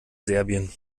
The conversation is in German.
serbien